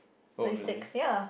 oh really